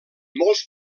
molts